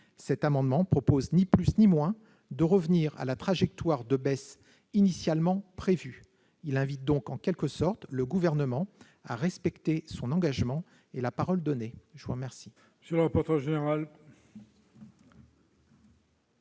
Cet amendement vise ni plus ni moins à en revenir à la trajectoire de baisse initialement prévue. Il tend en quelque sorte à inviter le Gouvernement à respecter son engagement et la parole donnée. Quel